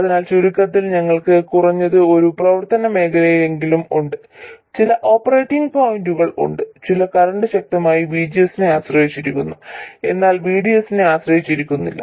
അതിനാൽ ചുരുക്കത്തിൽ ഞങ്ങൾക്ക് കുറഞ്ഞത് ഒരു പ്രവർത്തന മേഖലയെങ്കിലും ഉണ്ട് ചില ഓപ്പറേറ്റിംഗ് പോയിന്റുകൾ ഉണ്ട് അവിടെ കറന്റ് ശക്തമായി VGS നെ ആശ്രയിച്ചിരിക്കുന്നു എന്നാൽ VDS നെ ആശ്രയിക്കുന്നില്ല